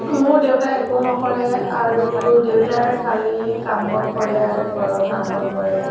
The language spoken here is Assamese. মোৰ দেউতাই একো নকৰে আৰু দেউতাই খালী কাম বন কৰে ঘৰৰ কাম বন কৰে